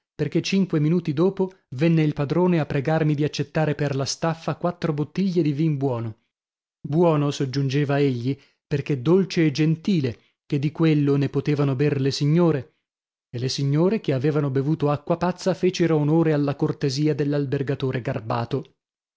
perchè cinque minuti dopo venne il padrone a pregarmi di accettare per la staffa quattro bottiglie di vin buono buono soggiungeva egli perchè dolce e gentile che di quello ne potevano ber le signore e le signore che avevano bevuto acqua pazza fecero onore alla cortesia dell'albergatore garbato